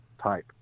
type